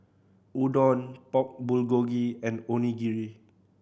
Udon Pork Bulgogi and Onigiri